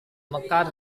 mekar